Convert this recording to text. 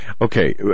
Okay